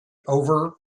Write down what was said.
over